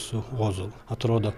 su ozolu atrodo